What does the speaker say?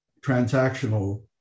transactional